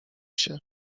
się